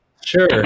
sure